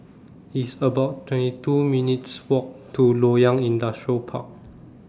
It's about twenty two minutes' Walk to Loyang Industrial Park